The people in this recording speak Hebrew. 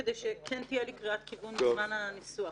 כדי שתהיה לי קריאת כיוון בזמן הניסוח.